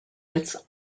its